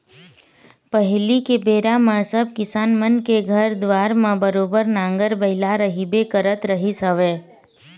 पहिली के बेरा म सब किसान मन के घर दुवार म बरोबर नांगर बइला रहिबे करत रहिस हवय